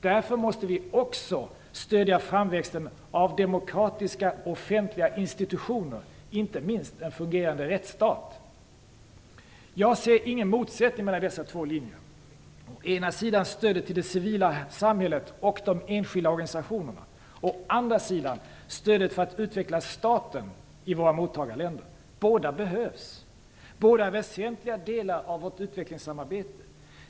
Därför måste vi också stödja framväxten av demokratiska offentliga institutioner, inte minst en fungerande rättsstat. Jag ser ingen motsättning mellan dessa två linjer - å ena sidan stödet till det civila samhället och de enskilda organisationerna, å andra sidan stödet för att utveckla staten i våra mottagarländer. Båda behövs. Båda är väsentliga delar av vårt utvecklingssamarbete.